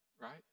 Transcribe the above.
Right